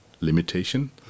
limitation